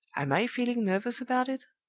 am i feeling nervous about it?